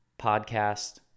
podcast